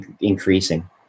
increasing